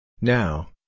Now